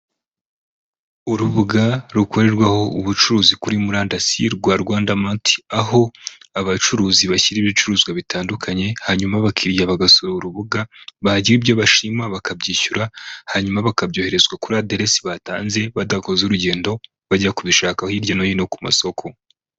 Urubuga rukorerwaho ubucuruzi kuri murandasi rwa Rwanda Mati, aho abacuruzi bashyira ibicuruzwa bitandukanye, hanyuma abakiriya bagasura urubuga bagira ibyo bashima bakabyishyura, hanyuma bakabyohererezwa kuri aderesi batanze, badakoze urugendo bajya kubishaka hirya no hino ku masoko.